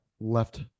left